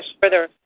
further